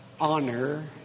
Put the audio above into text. honor